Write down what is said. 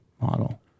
model